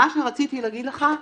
מה שרציתי להגיד לך,